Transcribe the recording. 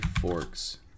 forks